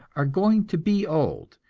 are going to be old,